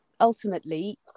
ultimately